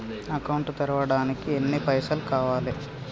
Account తెరవడానికి ఎన్ని పైసల్ కావాలే?